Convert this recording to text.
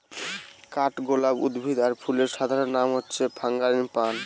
কাঠগোলাপ উদ্ভিদ আর ফুলের সাধারণ নাম হচ্ছে ফারাঙ্গিপানি